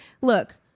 look